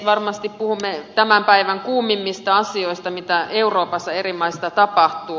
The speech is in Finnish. varmasti puhumme tämän päivän kuumimmista asioista mitä euroopassa eri maissa tapahtuu